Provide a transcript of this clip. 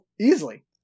easily